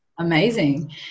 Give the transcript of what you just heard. Amazing